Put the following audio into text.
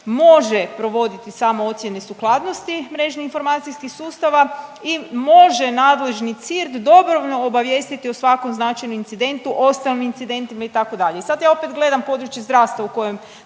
može provoditi samoocjene sukladnosti mrežnih informacijskih sustava i može nadležni CIRT dobrovoljno obavijestiti o svakom značajnom incidentu ostalim incidentima itd., i sad ja opet gledam područje zdravstva u kojem